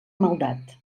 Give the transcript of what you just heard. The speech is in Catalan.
maldat